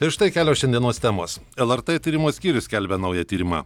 ir štai kelios šiandienos temos lrt tyrimų skyrius skelbia naują tyrimą